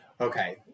Okay